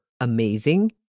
amazing